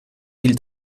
viel